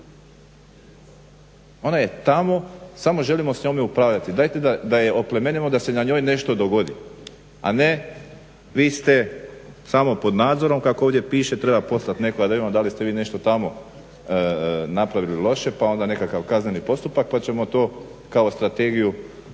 Ona je tamo, samo želimo s njome upravljati. Dajte da je oplemenimo da se na njoj nešto dogodi. A ne vi ste samo pod nadzorom kako ovdje piše, treba poslati nekoga da vidimo da li ste vi nešto tamo napravili loše pa onda nekakav kazneni postupak pa ćemo to kao strategiju,